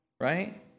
right